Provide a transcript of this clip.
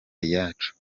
iyacu